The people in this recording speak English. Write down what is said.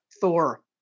Thor